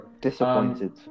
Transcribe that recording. Disappointed